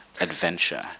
adventure